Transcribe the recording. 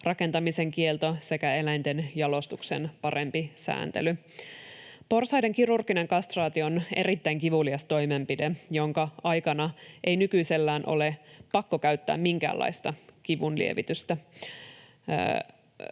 rakentamisen kielto sekä eläinten jalostuksen parempi sääntely. Porsaiden kirurginen kastraatio on erittäin kivulias toimenpide, jonka aikana ei nykyisellään ole pakko käyttää minkäänlaista kivunlievitystä.